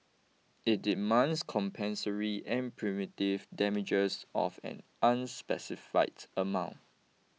it demands compensatory and punitive damages of an unspecified amount